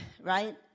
right